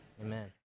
Amen